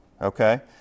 Okay